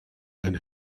and